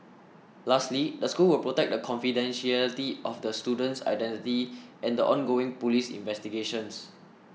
lastly the school will protect the confidentiality of the student's identity and the ongoing police investigations